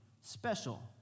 special